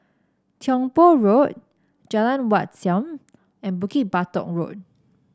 Tiong Poh Road Jalan Wat Siam and Bukit Batok Road